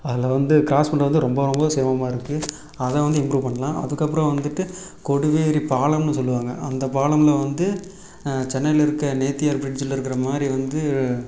அதில் வந்து க்ராஸ் பண்ணுறது வந்து ரொம்ப ரொம்ப சிரமமாக இருக்குது அதை வந்து இம்ப்ரூவ் பண்ணலாம் அதுக்கப்புறம் வந்துட்டு கொடிவேரி பாலம்ன்னு சொல்லுவாங்க அந்த பாலமில் வந்து சென்னையில் இருக்க நேத்தியார் ப்ரிட்ஜில் இருக்கிற மாதிரி வந்து